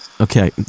Okay